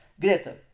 Greta